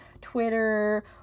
Twitter